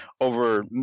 over